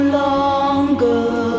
longer